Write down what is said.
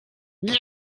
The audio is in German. geben